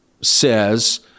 says